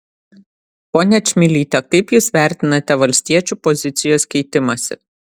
ponia čmilyte kaip jūs vertinate valstiečių pozicijos keitimąsi